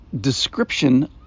description